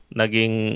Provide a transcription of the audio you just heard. naging